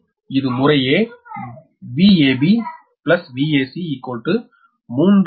எனவே இது முறையே Vab Vac 3 Van